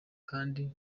kandi